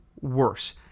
worse